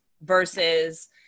versus